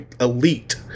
elite